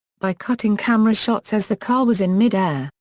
by cutting camera shots as the car was in mid-air,